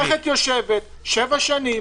מערכת יושבת שבע שנים,